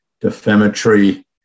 defamatory